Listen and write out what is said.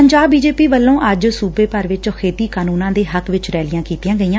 Punjab BJP ਵੱਲੋਂ ਅੱਜ ਸੁਬੇ ਭਰ ਵਿਚ ਖੇਤੀ ਕਾਨੂੰਨਾਂ ਦੇ ਹੱਕ ਵਿਚ ਰੈਲੀਆਂ ਕੀਤੀਆਂ ਗਈਆਂ